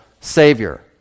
Savior